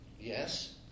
Yes